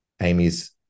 Amy's